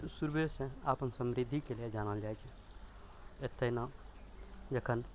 सुरूहेसँ अपन समृद्धिके लेल जानल जाइ छै एतय ने जखन